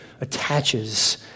attaches